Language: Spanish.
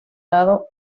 lado